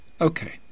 okay